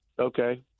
okay